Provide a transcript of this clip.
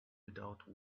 without